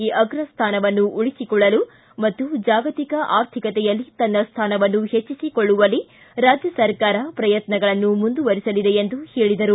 ಈ ಅಗ್ರ ಸ್ವಾನವನ್ನು ಉಳಿಸಿಕೊಳ್ಳಲು ಮತ್ತು ಜಾಗತಿಕ ಅರ್ಧಿಕತೆಯಲ್ಲಿ ತನ್ನ ಸ್ವಾನವನ್ನು ಹೆಚ್ಚಿಸಿಕೊಳ್ಳುವಲ್ಲಿ ರಾಜ್ಯ ಸರ್ಕಾರ ಪ್ರಯತ್ನಗಳನ್ನು ಮುಂದುವರಿಸಲಿದೆ ಎಂದು ಹೇಳಿದರು